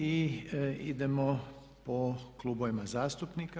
Idemo po klubovima zastupnika.